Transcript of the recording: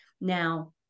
Now